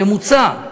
הממוצע.